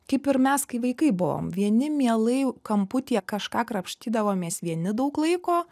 kaip ir mes kai vaikai buvom vieni mielai kamputyje kažką krapštydavomės vieni daug laiko